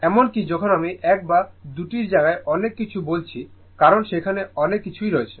এমনকি যখন আমি 1 বা 2 টি জায়গায় অনেক কিছু বলছি কারণ সেখানে অনেক কিছু রয়েছে